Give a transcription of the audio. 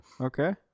okay